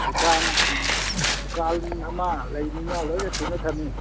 ꯗꯨꯀꯥꯟ ꯗꯨꯀꯥꯟ ꯑꯃ ꯂꯩꯕꯅꯤꯅ ꯂꯣꯏꯅ ꯁꯨꯅ ꯊꯝꯃꯤ